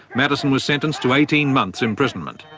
matteson was sentenced to eighteen months imprisonment.